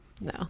No